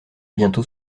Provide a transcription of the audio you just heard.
bientôt